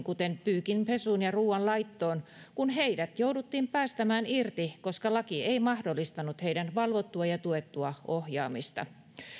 kuten pyykinpesuun ja ruuanlaittoon kun heidät jouduttiin päästämään irti koska laki ei mahdollistanut heidän valvottua ja tuettua ohjaamistaan